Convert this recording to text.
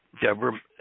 Deborah